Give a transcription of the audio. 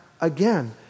again